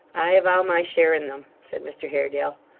i avow my share in them said mr haredale,